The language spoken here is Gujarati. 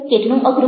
કેટલું અઘરું